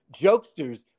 jokesters